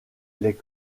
les